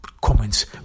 comments